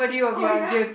oh ya